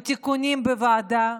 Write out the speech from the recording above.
ותיקונים בוועדה.